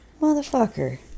motherfucker